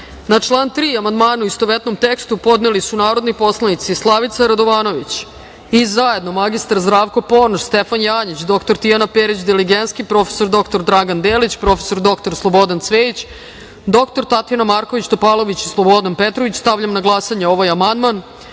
član 3. amandmane, u istovetnom tekstu, podneli su narodni poslanici Slavica Radovanović i zajedno mr. Zdravko Ponoš, Stefan Janjić, dr Tijana Perić Diligenski, prof. dr Dragan Delić, prof. dr Slobodan Cvejić, dr Tatjana Marković-Topalović i Slobodan Petrović. Stavljam na glasanje ovaj amandman. Molim